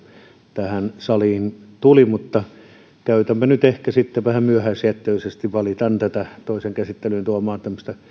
tähän saliin tuli mutta käytänpä nyt puheenvuoron ehkä sitten vähän myöhäisjättöisesti valitan tätä toiseen käsittelyyn tuomaani